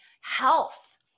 health